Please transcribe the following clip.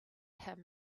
him